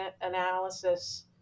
analysis